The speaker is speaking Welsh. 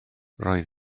roedd